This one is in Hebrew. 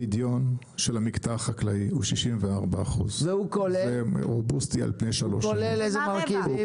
הפדיון של הקטע החקלאי הוא 64 אחוז --- כולל איזה מרכיבים?